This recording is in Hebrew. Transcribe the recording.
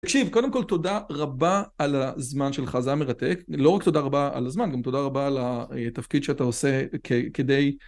תקשיב, קודם כל תודה רבה על הזמן שלך, זה היה מרתק. לא רק תודה רבה על הזמן, גם תודה רבה על התפקיד שאתה עושה כדי...